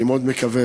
אני מאוד מקווה